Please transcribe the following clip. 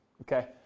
okay